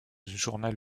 journal